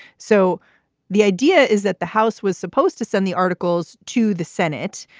so the idea is that the house was supposed to send the articles to the senate.